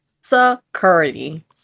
security